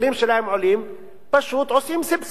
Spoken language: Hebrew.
פשוט עושים סבסוד.